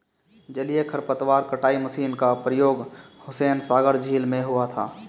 जलीय खरपतवार कटाई मशीन का प्रयोग हुसैनसागर झील में हुआ था